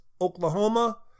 Oklahoma